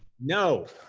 no.